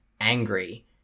angry